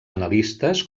analistes